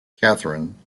catherine